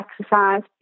exercise